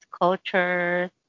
cultures